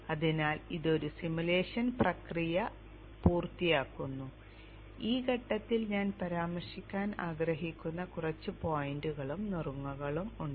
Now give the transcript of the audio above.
അതിനാൽ ഇത് ഒരു സിമുലേഷൻ പ്രക്രിയ പൂർത്തിയാക്കുന്നു ഈ ഘട്ടത്തിൽ ഞാൻ പരാമർശിക്കാൻ ആഗ്രഹിക്കുന്ന കുറച്ച് പോയിന്റുകളും നുറുങ്ങുകളും ഉണ്ട്